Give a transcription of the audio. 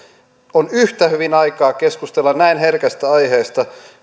on yhtä hyvin aikaa keskustella näin herkästä aiheesta